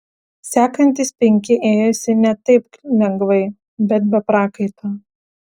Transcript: sekantys penki ėjosi ne taip lengvai bet be prakaito